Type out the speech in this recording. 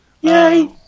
Yay